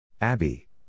Abby